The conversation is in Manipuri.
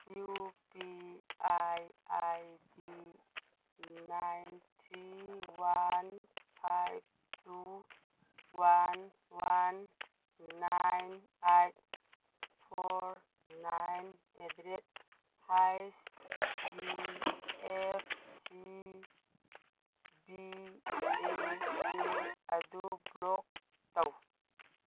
U P I I D nine three one five two one one nine eight four nine eight the rate ꯍꯥꯏꯁ D F C B A K ꯑꯗꯨ ꯕ꯭ꯂꯣꯛ ꯇꯧ